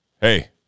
hey